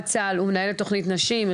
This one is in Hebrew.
פצועת צה"ל ומנהלת תוכנית נשים,